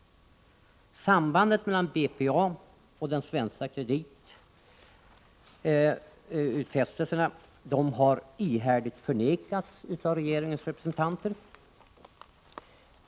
Sambandet mellan BPA och de svenska kreditutfästelserna har ihärdigt förnekats av regeringsrepresentanter.